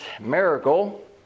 miracle